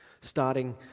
starting